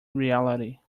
reality